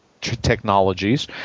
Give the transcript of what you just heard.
technologies